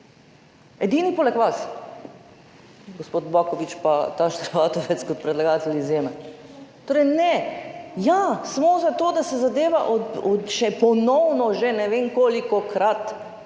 edini poleg vas gospod Baković pa Tašner Vatovec kot predlagatelj izjeme. Torej ne, ja smo za to, da se zadeva še ponovno že ne vem kolikokrat